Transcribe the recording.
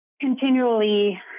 continually